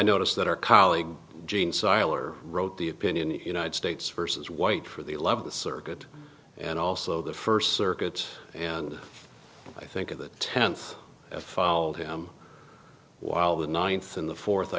notice that our colleague jeanne seiler wrote the opinion in states versus white for the love of the circuit and also the first circuit and i think of the tenth followed him while the ninth in the fourth i